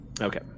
Okay